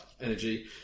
energy